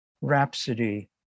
rhapsody